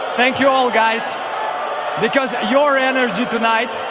thank you all guys because your energy tonight.